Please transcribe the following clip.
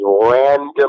random